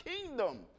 kingdom